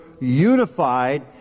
unified